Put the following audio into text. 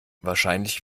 wahrscheinlich